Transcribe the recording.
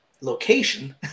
location